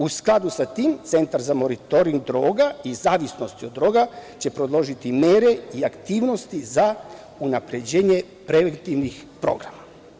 U skladu sa tim, Centar za monitoring droga i zavisnosti od droga će predložiti mere i aktivnosti za unapređenje preventivnih programa.